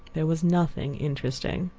there was nothing interesting.